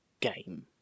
game